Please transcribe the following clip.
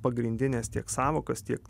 pagrindines tiek sąvokas tiek